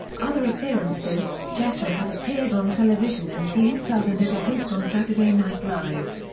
other appearances jeter has appeared on television in seinfeld and as a host on saturday night live.